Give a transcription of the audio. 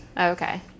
Okay